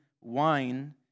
wine